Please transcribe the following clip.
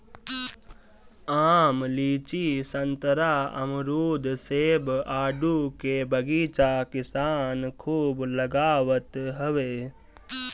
आम, लीची, संतरा, अमरुद, सेब, आडू के बगीचा किसान खूब लगावत हवे